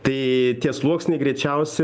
tai tie sluoksniai greičiausi